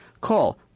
Call